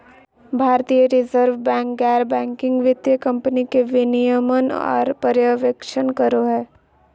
भारतीय reserve bank गैर banking वित्तीय कम्पनी के विनियमन आर पर्यवेक्षण करो हय